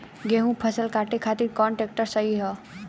गेहूँक फसल कांटे खातिर कौन ट्रैक्टर सही ह?